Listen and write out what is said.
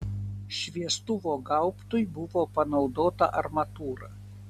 šviestuvo gaubtui buvo panaudota armatūra